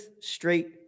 straight